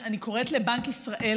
אני מקווה מאוד שהיא תתחיל לעבוד בקרוב,